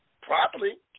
properly